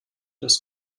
das